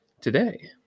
today